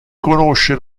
conosce